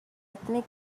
ethnic